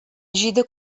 җиде